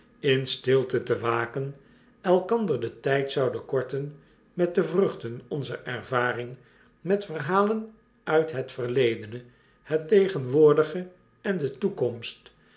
in stilte te waken elkander den tijd zouden korten met de vruchten onzer ervaring met verhalen uit het verledene het tegenwoordige en de toekomst